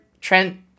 Trent